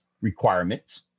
Requirements